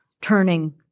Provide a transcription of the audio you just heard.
turning